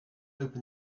open